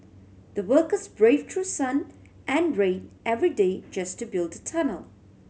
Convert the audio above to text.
the workers braved through sun and rain every day just to build the tunnel